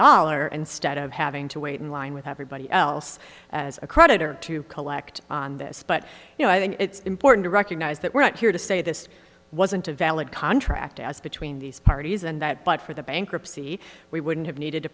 dollar instead of having to wait in line with everybody else as a creditor to collect on this but you know i think it's important to recognize that we're not here to say this wasn't a valid contract as between these parties and that but for the bankruptcy we wouldn't have needed to